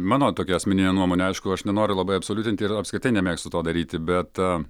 mano tokia asmeninė nuomonė aišku aš nenoriu labai absoliutinti ir apskritai nemėgstu to daryti bet